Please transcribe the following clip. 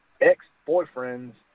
ex-boyfriend's